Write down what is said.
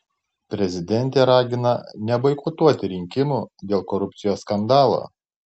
prezidentė ragina neboikotuoti rinkimų dėl korupcijos skandalo